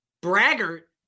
braggart